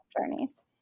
journeys